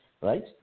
right